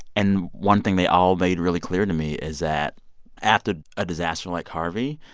and one thing they all made really clear to me is that after a disaster like harvey,